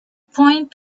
point